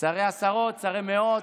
שרי עשרות, שרי מאות.